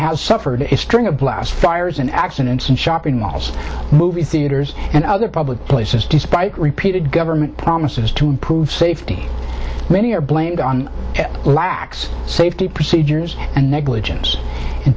has suffered a string of blast fires and accidents in shopping malls movie theaters and other public places despite repeated government promises to improve safety many are blamed on lax safety procedures and negligence in